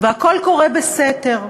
והכול קורה בסתר,